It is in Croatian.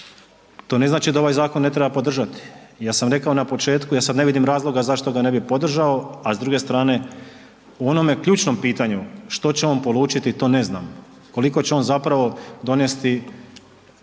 To ne znači da ovaj zakon ne treba podržati, ja sam rekao na početku ja sada ne vidim razloga zašto ga ne bi podržao, a s druge strane u onome ključnom pitanju što će on polučiti, to ne znam, koliko će on zapravo donesti